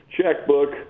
checkbook